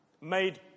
made